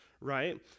right